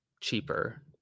cheaper